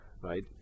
right